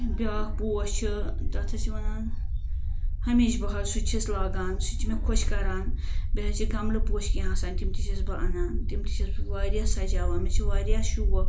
بیاکھ پوش چھُ تَتھ حظ چھِ وَنان ہَمیشہِ بہار سُہ تہِ حظ چھِ أسۍ لاگان سُہ تہِ چھُ مےٚ خۄش کَران بیٚیہِ حظ چھِ گَملہٕ پوش کیٚنٛہہ آسان تِم تہِ چھس بہٕ اَنان تِم تہِ چھس بہٕ واریاہ سَجاوان مےٚ چھُ واریاہ شوق